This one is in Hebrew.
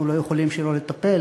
אנחנו לא יכולים שלא לטפל,